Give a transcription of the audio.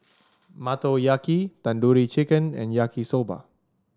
Motoyaki Tandoori Chicken and Yaki Soba